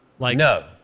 No